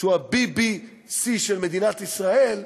שהוא ה-ביבי.סי של מדינת ישראל,